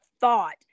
thought